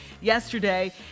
Yesterday